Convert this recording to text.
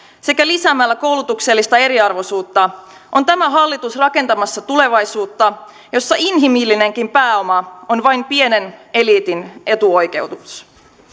sekä lisäämällä koulutuksellista eriarvoisuutta on tämä hallitus rakentamassa tulevaisuutta jossa inhimillinenkin pääoma on vain pienen eliitin etuoikeus